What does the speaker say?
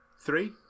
three